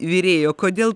virėjo kodėl